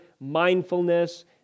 mindfulness